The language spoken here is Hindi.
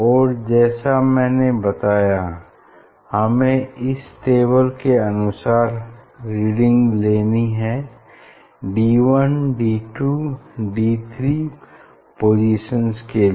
और जैसा मैंने बताया हमें इस टेबल के अनुसार रीडिंग लेनी है D1 D2 D3 पोसिशन्स के लिए